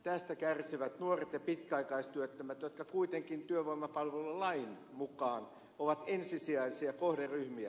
tästä kärsivät nuoret ja pitkäaikaistyöttömät jotka kuitenkin työvoimapalvelulain mukaan ovat ensisijaisia kohderyhmiä